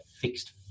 fixed